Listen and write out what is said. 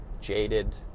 jaded